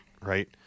Right